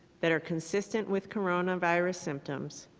that are consistent with coronavirus symptoms,